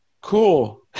cool